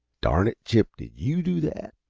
darn it, chip, did you do that?